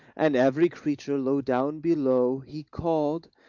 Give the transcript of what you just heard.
and every creature low down below, he called,